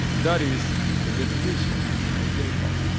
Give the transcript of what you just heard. that is the definition of j-pal.